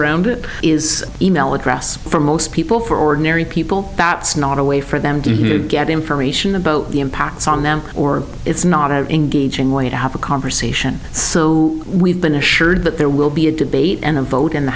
around it is email address for most people for ordinary people not a way for them to get information about the impacts on them or it's not engaging way to have a conversation so we've been assured that there will be a debate and a vote in the